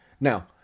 Now